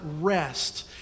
rest